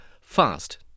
fast